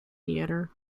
theatre